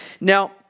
Now